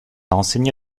enseigné